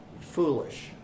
foolish